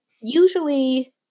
usually